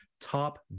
top